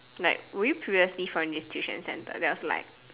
like were you previously from this tuition center then I was like